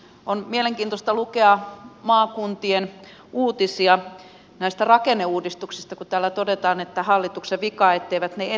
on mielenkiintoista lukea maakuntien uutisia näistä rakenneuudistuksista kun täällä todetaan että on hallituksen vika etteivät ne etene